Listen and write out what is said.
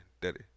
daddy